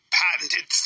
patented